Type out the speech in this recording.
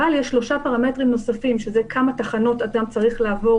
אבל יש שלושה פרמטרים נוספים שהם: כמה תחנות אדם צריך לעבור